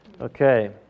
Okay